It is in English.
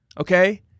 okay